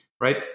right